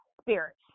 spirits